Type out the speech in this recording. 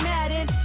Madden